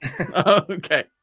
Okay